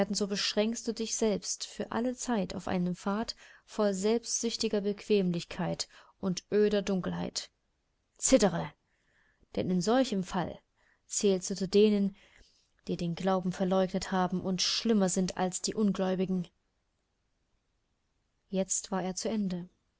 so beschränkst du dich selbst für alle zeit auf einen pfad voll selbstsüchtiger bequemlichkeit und öder dunkelheit zittere denn in solchem falle zählst du zu denen die den glauben verleugnet haben und schlimmer sind als die ungläubigen jetzt war er zu ende